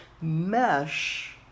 mesh